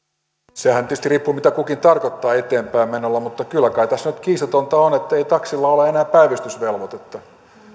sehän tietysti riippuu mitä kukin tarkoittaa eteenpäinmenolla mutta kyllä kai tässä nyt kiistatonta on ettei taksilla ole enää päivystysvelvoitetta